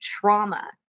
trauma